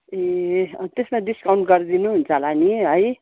ए त्यसमा डिस्काउन्ट गरिदिनु हुन्छ होला नि है